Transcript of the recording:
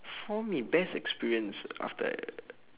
for me best experience after I